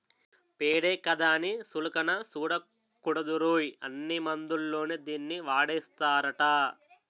పేడే కదా అని సులకన సూడకూడదురోయ్, అన్ని మందుల్లోని దీన్నీ వాడేస్తారట